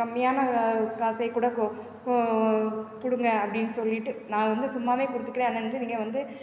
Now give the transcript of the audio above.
கம்மியான வ காசேக் கூட கோ கொடுங்க அப்படின்னு சொல்லிவிட்டு நான் வந்து சும்மாவே கொடுத்துக்குறேன் ஆனால் வந்து நீங்கள் வந்து